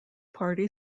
party